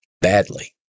badly